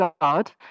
God